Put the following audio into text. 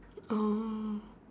oh